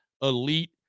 elite